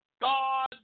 God